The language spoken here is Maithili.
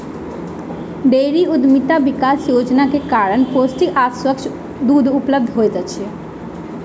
डेयरी उद्यमिता विकास योजना के कारण पौष्टिक आ स्वच्छ दूध उपलब्ध होइत अछि